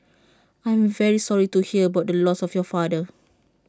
I am very sorry to hear about the loss of your father